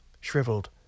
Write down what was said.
shriveled